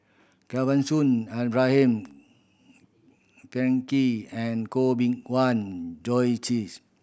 Kesavan Soon Abraham Frankel and Koh Bee Tuan Joyce Teeth